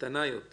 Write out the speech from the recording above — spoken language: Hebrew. קטנה יותר.